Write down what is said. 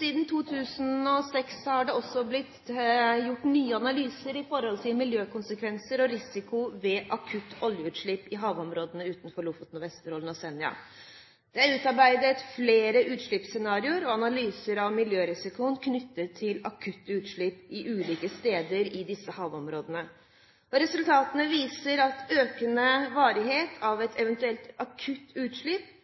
Siden 2006 har det blitt gjort nye analyser med tanke på miljøkonsekvenser og risiko ved akutte oljeutslipp i havområdene utenfor Lofoten, Vesterålen og Senja. Det er utarbeidet flere utslippsscenarioer og analyser av miljørisiko knyttet til akutte utslipp ulike steder i disse havområdene. Resultatene viser at økende varighet av et eventuelt akutt utslipp